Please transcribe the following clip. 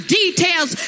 details